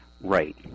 right